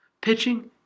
Pitching